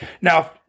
now